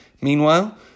Meanwhile